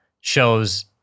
shows